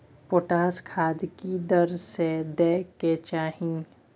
Potash खाद की दर से दै के चाही?